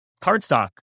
cardstock